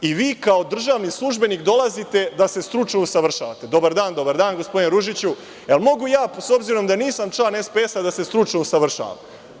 I vi kao državni službenik dolazite da se stručno usavršavate – dobar dan, dobar dan, gospodine Ružiću, mogu li ja, s obzirom da nisam član SPS-a, da se stručno usavršavam?